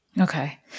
Okay